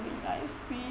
really nicely